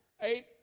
eight